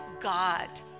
God